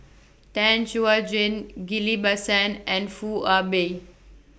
Tan Chuan Jin Ghillie BaSan and Foo Ah Bee